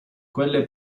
quelle